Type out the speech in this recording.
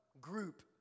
group